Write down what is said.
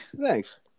Thanks